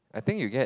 I think you get